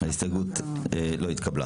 הצבעה ההסתייגות לא נתקבלה